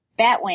Batwing